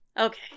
Okay